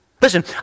Listen